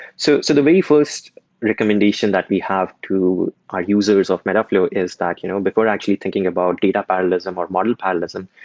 so so the very first recommendation that we have to our users of metaflow is that you know before actually thinking about data parallelism or model parallelism,